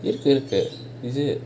difficult is it